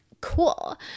cool